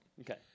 Okay